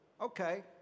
okay